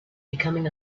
becoming